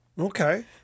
Okay